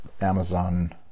Amazon